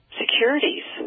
securities